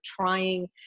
trying